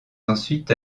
ensuite